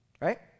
right